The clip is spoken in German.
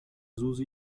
susi